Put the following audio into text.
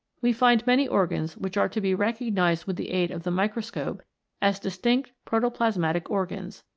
we find many organs which are to be recognised with the aid of the microscope as distinct protoplasmatic organs,